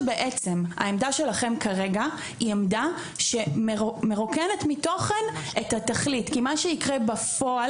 העמדה שלכם כרגע היא עמדה שמרוקנת מתוכן את התכלית כי מה שיקרה בפועל,